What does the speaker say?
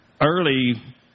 early